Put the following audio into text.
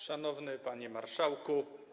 Szanowny Panie Marszałku!